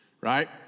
right